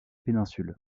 péninsule